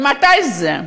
ממתי זה?